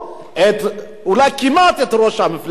אולי כמעט את ראש המפלגה.